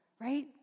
right